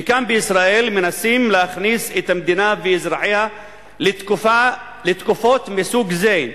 וכאן בישראל מנסים להכניס את המדינה ואזרחיה לתקופות מסוג זה,